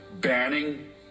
banning